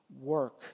work